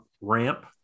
ramp